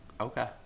Okay